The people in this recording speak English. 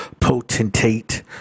potentate